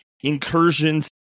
incursions